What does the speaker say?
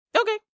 Okay